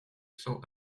cents